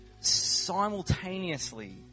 simultaneously